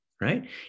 Right